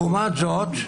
לעומת זאת,